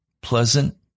pleasant